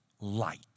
light